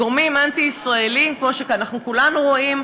גורמים אנטי-ישראליים, כמו שכולנו רואים,